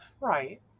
right